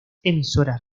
emisoras